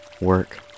work